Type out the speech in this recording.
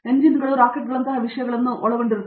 ಹಾಗಾಗಿ ಎಂಜಿನ್ಗಳು ರಾಕೆಟ್ಗಳಂತಹ ವಿಷಯಗಳನ್ನು ಒಳಗೊಂಡಿರುತ್ತವೆ